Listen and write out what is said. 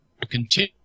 continue